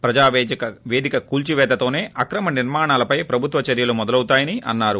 ప్రజావేదిక కూల్చివేతతోసే అక్రమ నిర్మాణాలపై ప్రభుత్వ చర్యలు మొదలవుతాయని అన్సారు